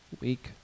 week